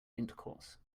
intercourse